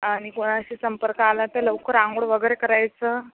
आणि कोणाशी संपर्क आला तर लवकर अंघोळ वगैरे करायचं